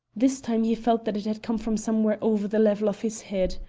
this time he felt that it had come from somewhere over the level of his head.